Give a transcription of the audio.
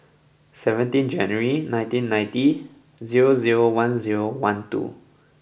seventeen January nineteen ninety zero zero one zero one two